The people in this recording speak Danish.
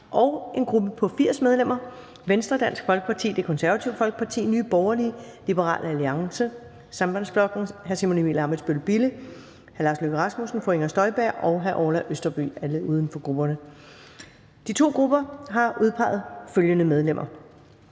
en gruppe på 80 medlemmer: Venstre, Dansk Folkeparti, Det Konservative Folkeparti, Nye Borgerlige, Liberal Alliance, Sambandsflokkurin (SP), Simon Emil Ammitzbøll-Bille (UFG), Lars Løkke Rasmussen (UFG), Inger Støjberg (UFG) og Orla Østerby (UFG). Grupperne har udpeget følgende medlemmer: